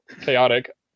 chaotic